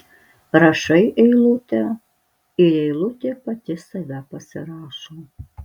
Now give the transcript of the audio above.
rašai eilutę ir eilutė pati save pasirašo